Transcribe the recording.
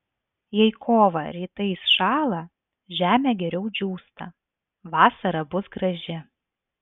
jei kovą rytais šąla žemė geriau džiūsta vasara bus graži